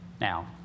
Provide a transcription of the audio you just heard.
Now